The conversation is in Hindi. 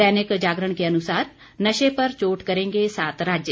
दैनिक जागरण के अनुसार नशे पर चोट करेंगे सात राज्य